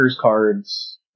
cards